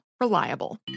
reliable